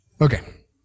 Okay